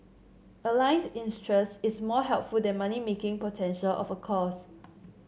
aligned interest is more helpful than money making potential of a course